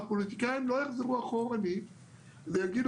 הפוליטיקאים לא יחזרו אחורנית ויגידו